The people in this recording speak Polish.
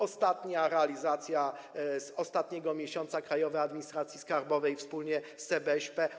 Ostatnia realizacja z ostatniego miesiąca Krajowej Administracji Skarbowej wspólnie z CBŚP.